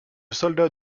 soldats